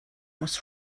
was